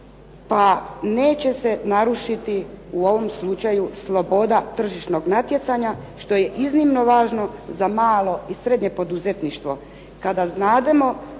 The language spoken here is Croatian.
pa neće se narušiti u ovom slučaju sloboda tržišnog natjecanja, što je iznimno važno za malo i srednje poduzetništvo,